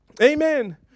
Amen